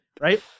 right